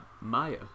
Maya